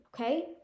okay